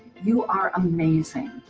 you are amazing.